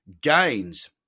gains